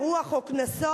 אירוח או קנסות?